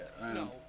No